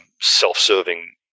self-serving